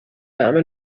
warme